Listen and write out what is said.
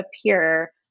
appear